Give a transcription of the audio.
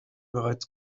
bereits